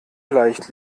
leicht